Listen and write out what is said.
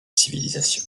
civilisation